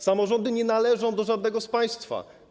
Samorządy nie należą do żadnego z państwa.